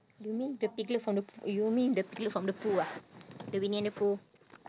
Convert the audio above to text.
you mean the piglet from the you mean the piglet from the pooh ah the winnie and the pooh